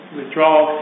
withdrawal